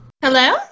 hello